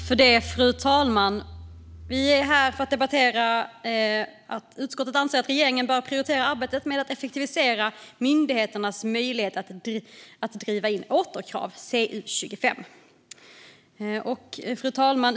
Fru talman! Vi är här för att debattera betänkandet CU25, där utskottet föreslår att regeringen prioriterar arbetet med att effektivisera myndigheternas möjlighet att driva in återkrav. Fru talman!